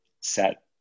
set